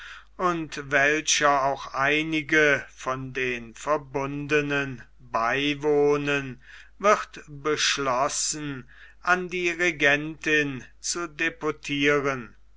und welcher auch einige von den verbundenen beiwohnen wird beschlossen an die regentin zu deputieren